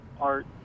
art